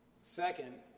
Second